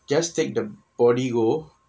just take the body go